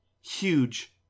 Huge